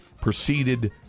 proceeded